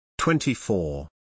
24